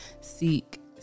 seek